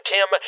Tim